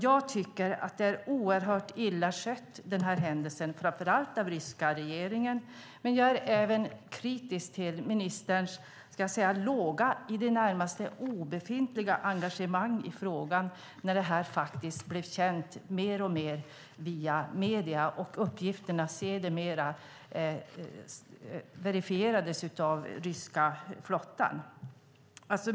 Jag tycker att denna händelse är oerhört illa skött, framför allt av den ryska regeringen, men jag är även kritisk till utrikesministerns låga, i det närmaste obefintliga, engagemang i frågan när det här blev mer och mer känt via medierna och uppgifterna sedermera verifierades av ryska flottan.